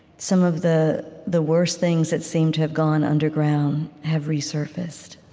some of the the worst things that seemed to have gone underground have resurfaced